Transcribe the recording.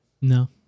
No